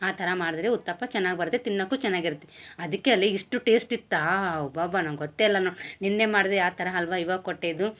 ಆ ಥರ ಮಾಡಿದರೆ ಉತ್ತಪ್ಪ ಚೆನ್ನಾಗಿ ಬರುತ್ತೆ ತಿನ್ನಕ್ಕು ಚೆನ್ನಾಗಿರುತ್ತೆ ಅದಿಕ್ಕೆಲೆ ಇಷ್ಟು ಟೇಸ್ಟ್ ಇತ್ತಾ ಅಬ್ಬ ಅಬ್ಬ ನಂಗೆ ಗೊತ್ತೆ ಇಲ್ಲ ನೋಡಿ ನಿನ್ನೆ ಮಾಡ್ದೆ ಆ ಥರ ಹಲ್ವಾ ಇವಾಗ ಕೊಟ್ಟಿದ್ದು